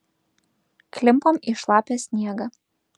klimpom į šlapią sniegą